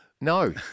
No